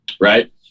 Right